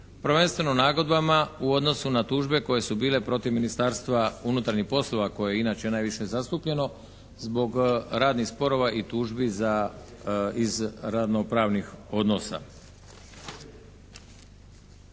prvenstveno nagodbama u odnosu na tužbe koje su bile protiv Ministarstva unutarnjih poslova koje je inače najviše zastupljeno zbog radnih sporova i tužbi za, iz radno-pravnih odnosa.